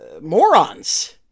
morons